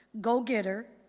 go-getter